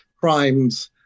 crime's